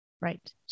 Right